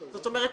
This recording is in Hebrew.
זאת אומרת,